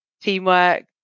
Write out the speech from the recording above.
teamwork